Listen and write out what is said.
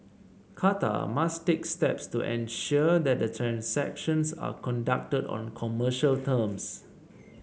Qatar must take steps to ensure that the transactions are conducted on commercial terms